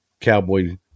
cowboy